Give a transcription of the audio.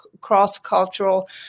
cross-cultural